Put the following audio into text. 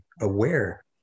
aware